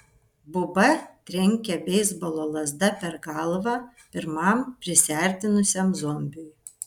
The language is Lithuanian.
buba trenkė beisbolo lazda per galvą pirmam prisiartinusiam zombiui